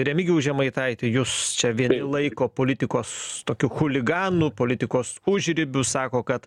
remigijau žemaitaiti jus čia vieni laiko politikos tokiu chuliganu politikos užribiu sako kad